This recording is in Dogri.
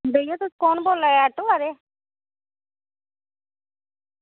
भैया तुस कुटन बोल्ला दे आटो आहले